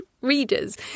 readers